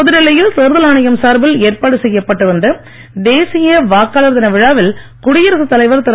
புதுடெல்லியில் தேர்தல் ஆணையம் சார்பில் ஏற்பாடு செய்யப்பட்டிருந்த தேசிய வாக்காளர் தின விழாவில் குடியரசு தலைவர் திரு